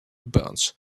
burns